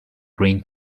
green